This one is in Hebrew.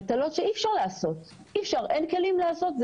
עובד מטלות שאי אפשר לעשות אין כלים לעשות אותם,